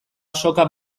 azoka